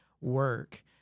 work